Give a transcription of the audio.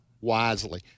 wisely